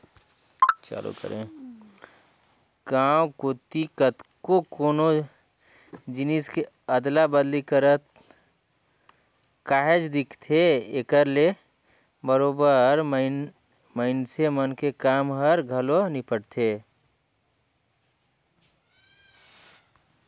गाँव कोती कतको कोनो जिनिस के अदला बदली करत काहेच दिखथे, एकर ले बरोबेर मइनसे मन के काम हर घलो निपटथे